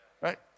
right